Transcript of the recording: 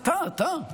אתה, אתה,